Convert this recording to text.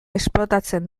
esplotatzen